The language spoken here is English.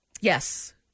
yes